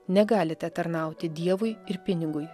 negalite tarnauti dievui ir pinigui